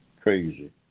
crazy